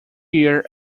year